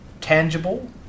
tangible